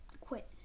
quit